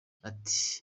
ati